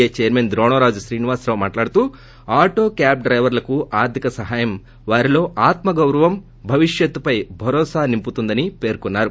ఎ chairman Dronamraju Srinivas మాట్లాడుతూ auto cab డైవర్లకు ఆర్లిక సహాయం వారిలో ఆత్మ గౌరవం భవిష్యత్తుపై భరోసా నింపుతుందని పేర్కన్నారు